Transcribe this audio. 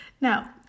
Now